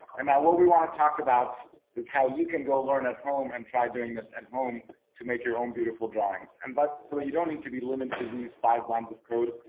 and now what we want to talk about is how you can go learn at home and try doing this at home to make your own beautiful drawings. and by the way, you don't need to be limited to these five lines of code.